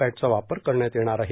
पॅटचा वापर करण्यात येणार आहे